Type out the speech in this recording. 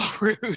rude